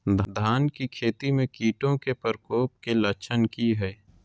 धान की खेती में कीटों के प्रकोप के लक्षण कि हैय?